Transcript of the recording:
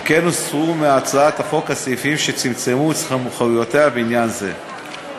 על כן הוסרו מהצעת החוק הסעיפים שצמצמו את סמכויותיה בעניינים אלה.